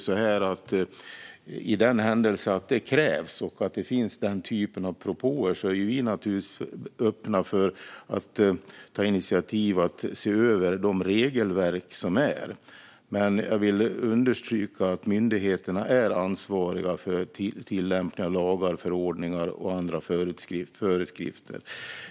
I händelse av att det krävs och att det finns sådana propåer är vi naturligtvis öppna för att ta initiativ till att se över gällande regelverk. Men jag vill understryka att myndigheterna är ansvariga för tillämpningen av lagar, förordningar och andra föreskrifter.